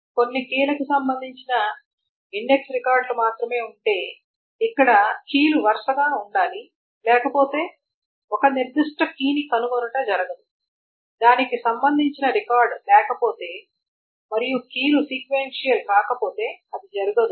కొన్ని కీలకు సంబంధించిన ఇండెక్స్ రికార్డులు మాత్రమే ఉంటే ఇక్కడ కీలు వరుసగా ఉండాలి లేకపోతే ఒక నిర్దిష్ట కీని కనుగొనుట జరగదు దానికి సంబంధించిన రికార్డ్ లేకపోతే మరియు కీలు సీక్వెన్షియల్ కాకపోతే అది జరగదు